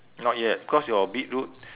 not yet cause your beetroot